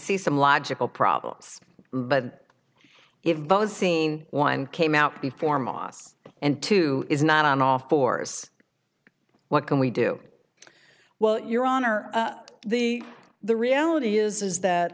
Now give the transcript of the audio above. see some logical problems but if both seen one came out before moss and two is not on off force what can we do well your honor the the reality is is that